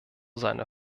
seiner